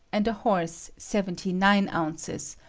and a horse seventy-nine ounces,